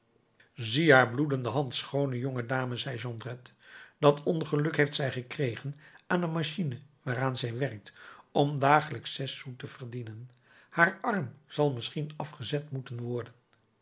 zie haar bloedende hand schoone jonge dame zei jondrette dat ongeluk heeft zij gekregen aan de machine waaraan zij werkt om dagelijks zes sous te verdienen haar arm zal misschien afgezet moeten worden